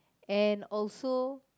and also